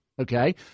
Okay